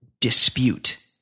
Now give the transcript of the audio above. dispute